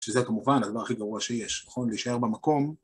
שזה כמובן הדבר הכי גרוע שיש, נכון? להישאר במקום.